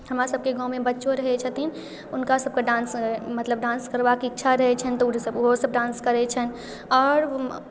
हमरासभके गाममे बच्चो रहै छथिन हुनकासभके डांस मतलब डांस करबाक इच्छा रहै छनि तऽ ओहोसभ डांस करैत छनि आओर